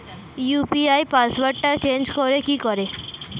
UPI পাসওয়ার্ডটা change করে কি করে?